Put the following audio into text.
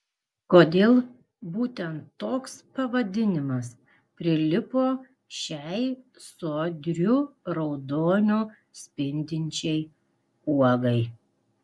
kodėl būtent toks pavadinimas prilipo šiai sodriu raudoniu spindinčiai uogai